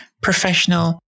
professional